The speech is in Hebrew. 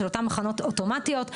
של אותן מכונות אוטומטיות,